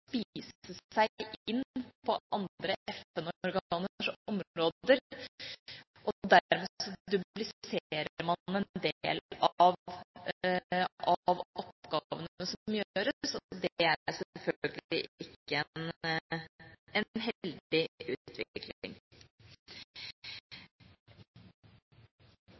seg inn på andre FN-organers områder. Dermed dupliserer man en del av oppgavene som gjøres, og det er selvfølgelig ikke en heldig utvikling.